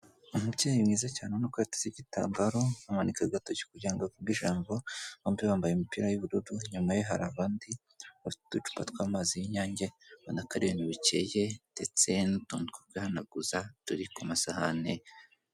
Umubyeyi mwiza cyane ubona ko yateze igitambaro, amanika agatoki kugira ngo avuge ijambo bombi bambaye imipira y'ubururu, inyuma ye hari abandi bafite ducupa tw'amazi y'Inyange, ubona ko ari ibintu bikeye ndetse n'utuntu two kwihanaguza turi ku masahani.